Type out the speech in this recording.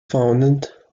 founded